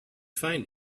find